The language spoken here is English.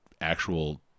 actual